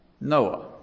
Noah